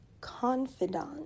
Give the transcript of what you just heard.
confidant